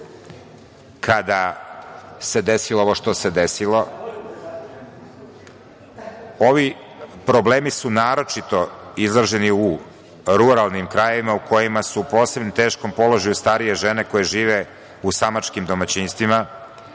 kada se desilo ovo što se desilo. Ovi problemi su naročito izraženi u ruralnim krajevima, u kojima su u posebno teškom položaju starije žene koje žive u samačkim domaćinstvima,